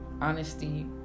honesty